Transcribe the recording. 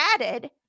added